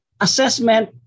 assessment